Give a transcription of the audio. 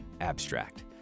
abstract